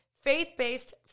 faith-based